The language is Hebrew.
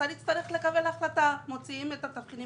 השר יצטרך לקבל החלטה איך להוציא את התבחינים.